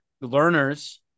learners